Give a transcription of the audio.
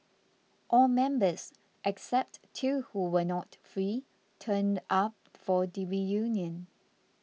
all members except two who were not free turned up for the reunion